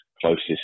closest